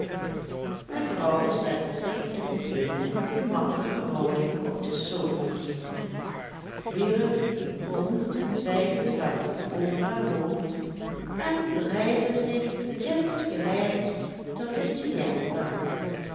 mevrouw zette zich in eene gemakkelijke houding op de sofa neder wierp een bonten zijden zakdoek over haar hoofd en bereidde zich insgelijks tot de